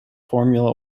formula